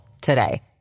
today